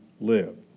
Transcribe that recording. live